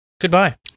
Goodbye